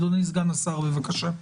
אדוני סגן השר, בבקשה.